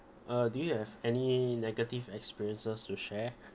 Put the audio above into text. uh do you have any negative experiences to share